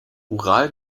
ural